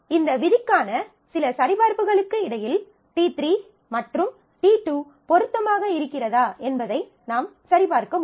இந்த விதிக்கான சில சரிபார்ப்புகளுக்கு இடையில் t3 மற்றும் t2 பொருத்தமாக இருக்கிறதா என்பதை நாம் சரிபார்க்க முடியும்